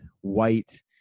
white